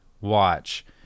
watch